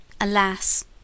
Alas